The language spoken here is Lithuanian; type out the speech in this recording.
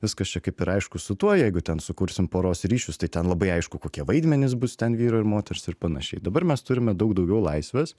viskas čia kaip ir aišku su tuo jeigu ten sukursim poros ryšius tai ten labai aišku kokie vaidmenys bus ten vyro ir moters ir panašiai dabar mes turime daug daugiau laisvės